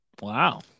Wow